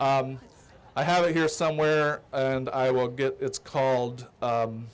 i have it here somewhere and i will get it's called